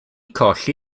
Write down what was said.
colli